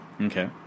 Okay